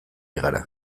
gara